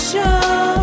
Show